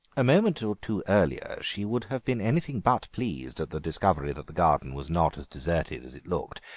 a moment or two earlier she would have been anything but pleased at the discovery that the garden was not as deserted as it looked,